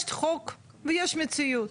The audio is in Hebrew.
יש חוק ויש מציאות.